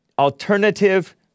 Alternative